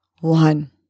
one